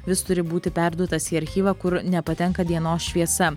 jis turi būti perduotas į archyvą kur nepatenka dienos šviesa